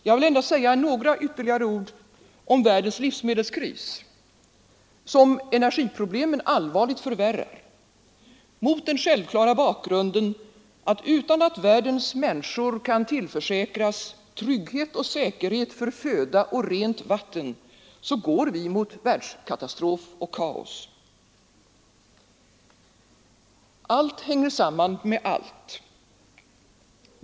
Jag vill endast säga några ytterligare ord om världens livsmedelskris, som energiproblemen allvarligt förvärrar, mot den självklara bakgrunden att om inte världens människor kan tillförsäkras trygghet och säkerhet för föda och rent vatten går vi mot världskatastrof och kaos. Allt hänger samman med allt.